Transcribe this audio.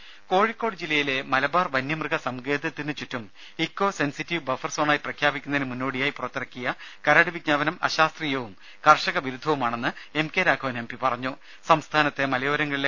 രുമ കോഴിക്കോട് ജില്ലയിലെ മലബാർ വന്യ മൃഗ സങ്കേതത്തിനു ചുറ്റും ഇക്കോ സെൻസിറ്റീവ് ബഫർസോണായി പ്രഖ്യാപിക്കുന്നതിന് മുന്നോടിയായി പുറത്തിറക്കിയ കരട് വിജ്ഞാപനം അശാസ്ത്രീയവും കർഷക വിരുദ്ധവുമാണെന്ന് എം കെ രാഘവൻ സംസ്ഥാനത്തെ മലയോരങ്ങളിലെ എംപി